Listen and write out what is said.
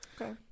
Okay